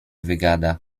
wygada